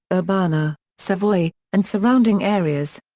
urbana, savoy, and surrounding areas.